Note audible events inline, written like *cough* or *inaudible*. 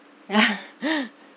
*laughs*